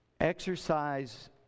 exercise